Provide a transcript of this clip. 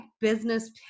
business